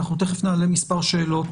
תיכף נעלה מספר שאלות